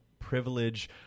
privilege